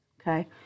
okay